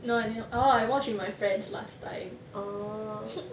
no I didn't~ orh I watched with my friends last time